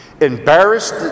Embarrassed